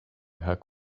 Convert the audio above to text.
her